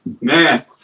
Man